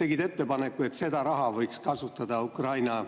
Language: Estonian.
tegid ettepaneku, et seda raha võiks kasutada Ukraina